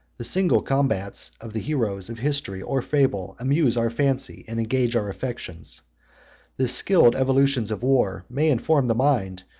the single combats of the heroes of history or fable amuse our fancy and engage our affections the skilful evolutions of war may inform the mind,